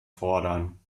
fordern